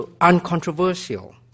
uncontroversial